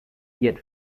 yet